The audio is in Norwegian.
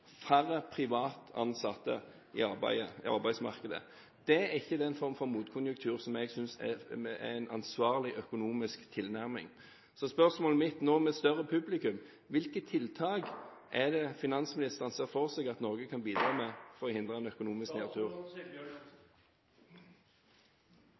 færre privat ansatte i arbeidsmarkedet. Det er ikke den form for motkonjunktur som jeg synes er en ansvarlig økonomisk tilnærming. Så spørsmålet mitt nå, med et større publikum, er: Hvilke tiltak er det finansministeren ser for seg at Norge kan bidra med for å hindre en økonomisk